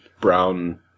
brown